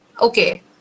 Okay